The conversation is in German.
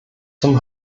zum